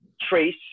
trace